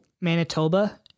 Manitoba